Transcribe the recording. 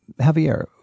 Javier